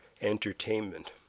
entertainment